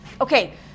Okay